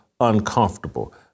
uncomfortable